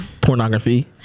pornography